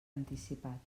anticipat